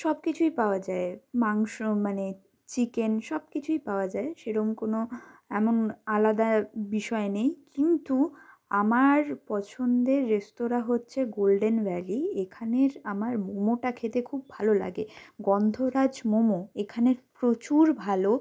সব কিছুই পাওয়া যায় মাংস মানে চিকেন সব কিছুই পাওয়া যায় সেরম কোনও এমন আলাদা বিষয় নেই কিন্তু আমার পছন্দের রেস্তোরাঁ হচ্ছে গোল্ডেন ভ্যালি এখানের আমার মোমোটা খেতে খুব ভালো লাগে গন্ধরাজ মোমো এখানের প্রচুর ভালো